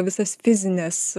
visas fizines